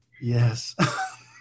Yes